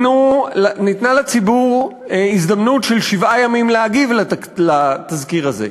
וניתנה לציבור הזדמנות של שבעה ימים להגיב לתזכיר הזה,